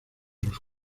los